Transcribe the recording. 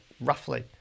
roughly